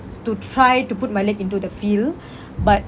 to try to put my leg into the field but